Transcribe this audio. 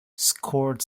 scored